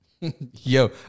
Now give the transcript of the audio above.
Yo